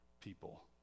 people